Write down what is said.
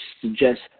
suggest